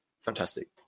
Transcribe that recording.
Fantastic